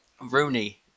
Rooney